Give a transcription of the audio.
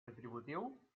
retributiu